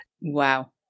Wow